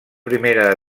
primera